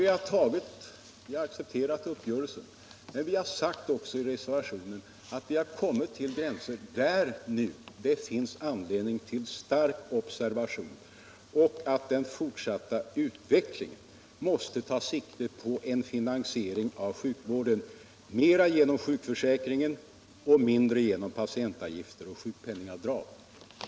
Vi har alltså accepterat uppgörelsen, men vi har också sagt i reservationen att vi kommit så långt i fråga om höjningarna av avgifterna att det finns anledning till stark observation och att den fortsatta utvecklingen måste ta sikte på en finansiering av sjukvården mera genom sjukförsäkringen och mindre genom patientavgifter och sjukpenningavdrag.